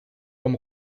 como